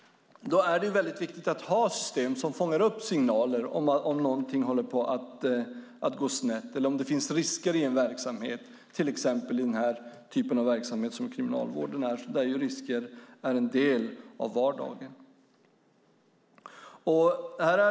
Då är det viktigt att ha system som fångar upp signaler om någonting håller på att gå snett eller om det finns risker i en verksamhet, till exempel i den typ av verksamhet som kriminalvården är där risker är en del av vardagen.